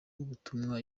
rw’ubutumwa